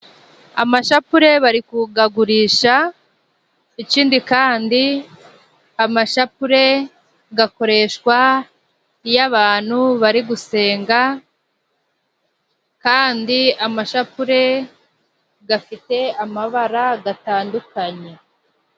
Amashapure bari kugagurish，ikindi kandi amashapure gakoreshwa iyo abantu bari gusenga，kandi amashapure gafite amabara gatandukanye.